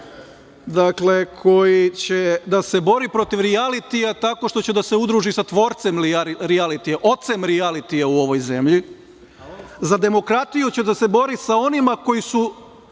sceni koji će da se bori protiv rijalitija tako što će da se udruži sa tvorcem rijalitija, ocem rijalitija u ovoj zemlji. Za demokratiju će da se bori sa onima koji su